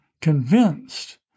convinced